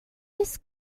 his